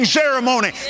ceremony